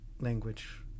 language